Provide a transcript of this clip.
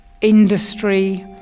industry